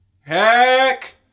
Heck